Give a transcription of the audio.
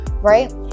right